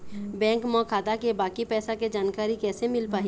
Bank म खाता के बाकी पैसा के जानकारी कैसे मिल पाही?